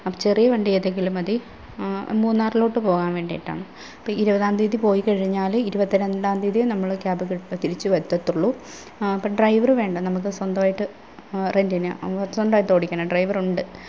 അപ്പം ചെറിയ വണ്ടി ഏതെങ്കിലും മതി മൂന്നാറിലോട്ട് പോവാൻ വേണ്ടിയിട്ടാണ് അപ്പം ഇരുപതാം തീയതി പോയിക്കഴിഞ്ഞാൽ ഇര്വത്തി രണ്ടാം തീയതിയെ നമ്മൾ ക്യാബ് തിരിച്ച് എത്തത്തുള്ളു അപ്പം ഡ്രൈവറ് വേണ്ട നമുക്ക് സ്വന്തമായിട്ട് റെൻ്റിന് സ്വന്തമായിട്ട് ഓടിക്കുന്ന ഡ്രൈവറുണ്ട്